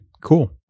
cool